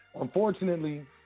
Unfortunately